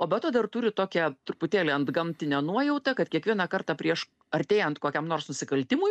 o be to dar turi tokią truputėlį antgamtinę nuojautą kad kiekvieną kartą prieš artėjant kokiam nors nusikaltimui